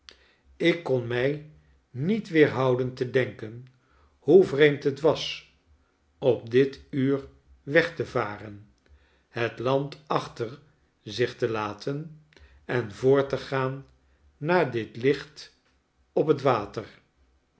ik kon mij niet weerhouden te denken hoe vreemd het was op dit uur weg te varen het land achter zich te laten en voort te gaan naar dit licht op het water